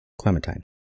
Clementine